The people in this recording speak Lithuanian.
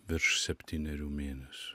virš septynerių mėnesių